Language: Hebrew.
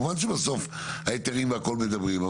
כמובן שבסוף ההיתרים והכל מדברים,